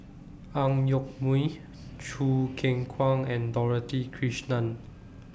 Ang Yoke Mooi Choo Keng Kwang and Dorothy Krishnan